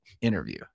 interview